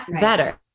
better